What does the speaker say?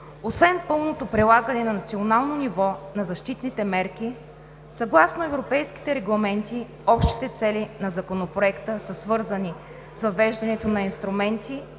Освен пълното прилагане на национално ниво на защитните мерки съгласно европейските регламенти общите цели на Законопроекта са свързани с въвеждането на инструменти